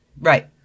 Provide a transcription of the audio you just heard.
Right